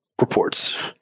reports